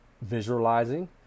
visualizing